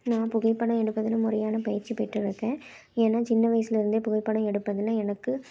நான் புகைப்படம் எடுப்பதில் முறையான பயிற்சி பெற்றிருக்கேன் ஏன்னா சின்ன வயசிலருந்தே புகைப்படம் எடுப்பதில் எனக்கு